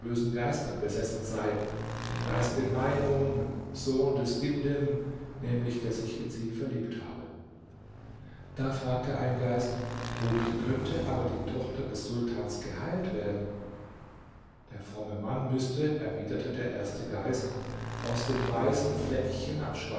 geistern besessen sei vom geiste maimun sohn des dimdim nämlich der sich in sie verliebt habe da fragte ein geist womit könnte aber die tochter des sultans geheilt werden der fromme mann müßte erwiderte der erste geist aus dem weißen fleckchen am